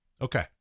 Okay